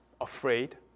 afraid